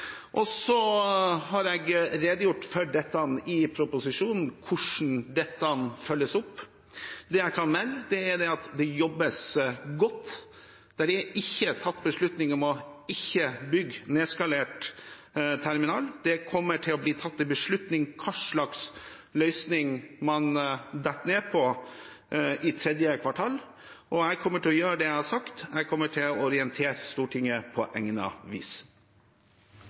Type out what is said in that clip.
har redegjort i proposisjonen for hvordan dette følges opp. Det jeg kan nevne, er at det jobbes godt. Det er ikke tatt beslutning om ikke å bygge nedskalert terminal. Det kommer til å bli tatt en beslutning om hva slags løsning man faller ned på, i tredje kvartal. Jeg kommer til å gjøre det jeg har sagt; jeg kommer til å orientere Stortinget på egnet vis.